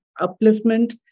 upliftment